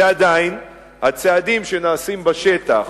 ועדיין, הצעדים שנעשים בשטח,